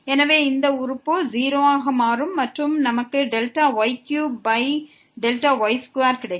எனவே இந்த உறுப்பு 0 ஆக மாறும் மற்றும் நமக்கு y3y2 கிடைக்கும்